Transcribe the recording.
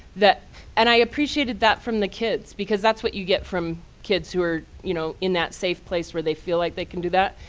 and i appreciated that from the kids. because that's what you get from kids who are you know in that safe place, where they feel like they can do that.